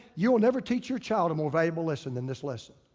you will never teach your child a more valuable lesson than this lesson.